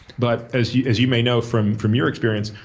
but as you as you may know from from your experience,